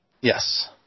Yes